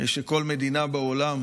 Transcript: הרי לכל מדינה בעולם